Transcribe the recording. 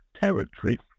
territory